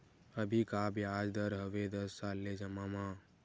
अभी का ब्याज दर हवे दस साल ले जमा मा?